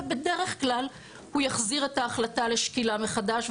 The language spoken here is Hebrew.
ובדרך כלל הוא יחזיר את ההחלטה לשקילה מחדש,